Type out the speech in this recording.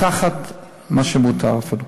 מתחת מה שמותר אפילו.